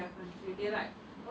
oh ya I mean